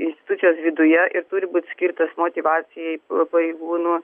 institucijos viduje ir turi būt skirtas motyvacijai pareigūnų